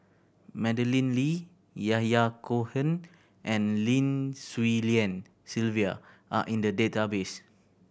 Madeleine Lee Yahya Cohen and Lim Swee Lian Sylvia are in the database